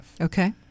Okay